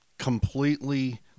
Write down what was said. Completely